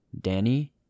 Danny